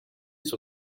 sur